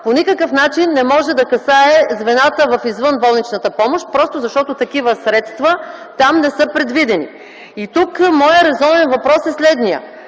по никакъв начин не може да касае звената в извънболничната помощ, защото такива средства там не са предвидени. Тук моят резонен въпрос е следният: